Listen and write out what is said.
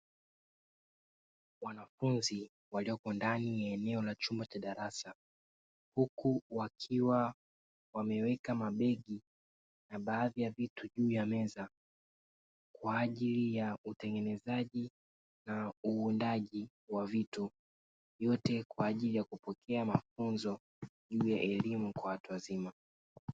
Wanafunzi waliyoko ndani ya eneo la chumba cha darasa huku wakiwa wameweka mabegi na baadhi ya vitu juu ya meza kwa ajili ya utengenezaji na uundaji wa vitu, yote kwa ajili ya kupokea mafunzo juu ya elimu kwa watu wazima.